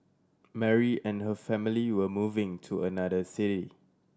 Mary and her family were moving to another city